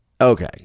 Okay